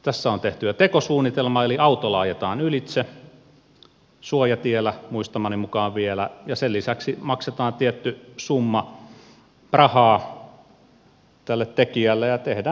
tässä on tehty jo tekosuunnitelma eli autolla ajetaan ylitse suojatiellä vielä muistamani mukaan ja sen lisäksi maksetaan tietty summa rahaa tälle tekijälle ja tehdään sopimus